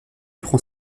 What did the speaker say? prend